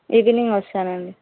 evening వస్తాను అండి